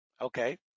Okay